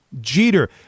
Jeter